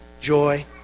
joy